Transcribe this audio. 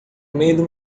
medo